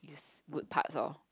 his good parts lor